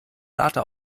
data